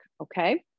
okay